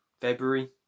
February